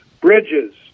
bridges